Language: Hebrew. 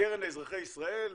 הקרן לאזרחי ישראל,